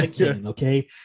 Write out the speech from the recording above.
okay